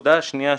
הנקודה השנייה.